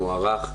הוא מוארך,